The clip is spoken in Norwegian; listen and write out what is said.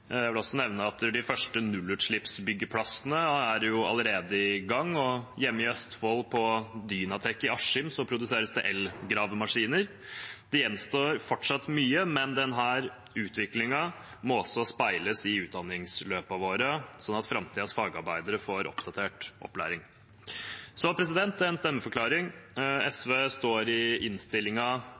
Jeg vil også nevne at de første nullutslippsbyggeplassene allerede er i gang, og hjemme i Østfold, på Dynatec i Askim, produseres det elgravemaskiner. Det gjenstår fortsatt mye, men denne utviklingen må også speiles i utdanningsløpene våre, sånn at framtidens fagarbeidere får oppdatert opplæring. Så en stemmeforklaring: SV står i